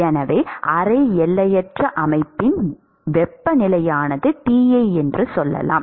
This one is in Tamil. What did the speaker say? எனவே அரை எல்லையற்ற அமைப்பின் வெப்பநிலையானது Ti என்று சொல்லலாம்